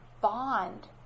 bond